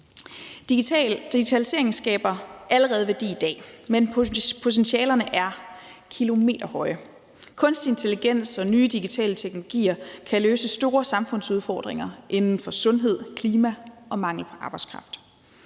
Digitaliseringen skaber allerede værdi i dag, men potentialerne er kilometer høje. Kunstig intelligens og nye digitale teknologier kan løse store samfundsudfordringer inden for sundhed, klima og mangel på arbejdskraft.